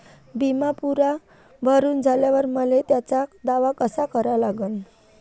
बिमा पुरा भरून झाल्यावर मले त्याचा दावा कसा करा लागन?